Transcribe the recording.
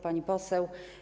Pani Poseł!